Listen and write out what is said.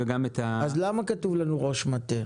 אז למה כתוב לנו ראש מטה?